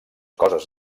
coses